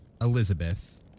Elizabeth